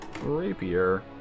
rapier